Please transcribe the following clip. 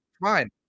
Fine